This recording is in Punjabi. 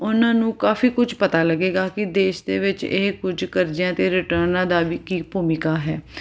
ਉਹਨਾਂ ਨੂੰ ਕਾਫੀ ਕੁਝ ਪਤਾ ਲੱਗੇਗਾ ਕਿ ਦੇਸ਼ ਦੇ ਵਿੱਚ ਇਹ ਕੁਝ ਕਰਜ਼ਿਆਂ ਅਤੇ ਰਿਟਰਨਾਂ ਦਾ ਵੀ ਕੀ ਭੂਮਿਕਾ ਹੈ